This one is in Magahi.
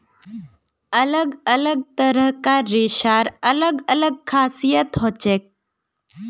अलग अलग तरह कार रेशार अलग अलग खासियत हछेक